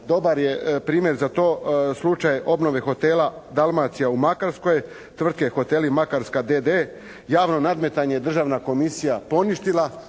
Dobar je primjer za to slučaj obnove Hotela Dalmacija u Makarskoj, tvrtke Hoteli Makarska d.d. javno nadmetanje je državna komisija poništila.